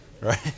Right